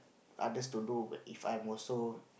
others to do if I'm also